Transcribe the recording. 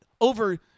over